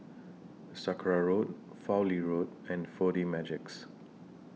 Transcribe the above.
Sakra Road Fowlie Road and four D Magix